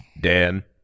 Dan